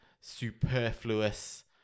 superfluous